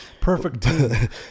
Perfect